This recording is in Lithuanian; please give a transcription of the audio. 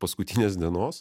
paskutinės dienos